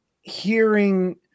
hearing